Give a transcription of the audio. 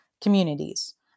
communities